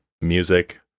music